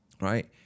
right